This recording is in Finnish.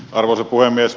arvoisa puhemies